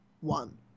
one